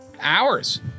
hours